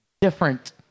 different